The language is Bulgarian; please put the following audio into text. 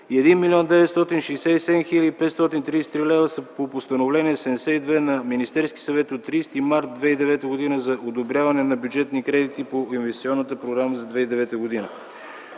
хил. 533 лв. са по Постановление № 72 на Министерския съвет от 30 март 2009 г. за одобряване на бюджетни кредити по инвестиционната програма за 2009 г.